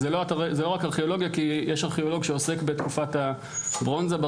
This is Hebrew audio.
כי יש ארכיאולוג שעוסק בתקופת הברונזה,